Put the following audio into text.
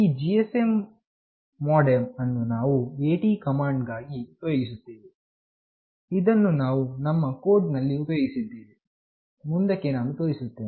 ಈ GSM modem ಅನ್ನು ನಾವು AT ಕಮಾಂಡ್ ಗಾಗಿ ಉಪಯೋಗಿಸುತ್ತೇವೆ ಇದನ್ನು ನಾವು ನಮ್ಮ ಕೋಡ್ ನಲ್ಲಿ ಉಪಯೋಗಿಸಿದ್ದೇವೆ ಮುಂದಕ್ಕೆ ನಾನು ತೋರಿಸುತ್ತೇನೆ